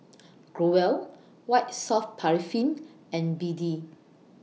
Growell White Soft Paraffin and B D